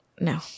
No